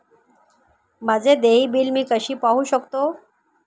माझे देय बिल मी कसे पाहू शकतो?